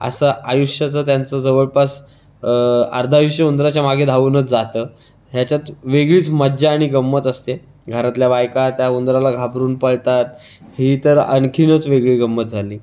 असा आयुष्याचं त्यांचं जवळपास अर्धं आयुष्य उंदराच्या मागे धावूनच जातं ह्याच्यात वेगळीच मज्जा आणि गम्मत असते घरातल्या बायका त्या उंदराला घाबरून पळतात ही तर आणखीनच वेगळी गम्मत झाली